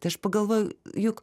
tai aš pagalvojau juk